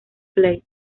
plate